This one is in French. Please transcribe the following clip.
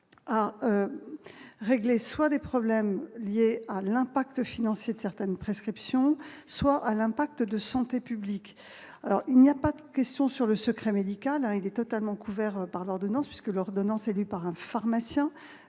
à régler, soit des problèmes liés à l'impact financier de certaines prescriptions soient à l'impact de santé publique, alors il n'y a pas de questions sur le secret médical totalement couvert par l'ordonnance puisque l'ordonnance élu par un pharmacien